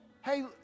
Hey